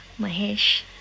Mahesh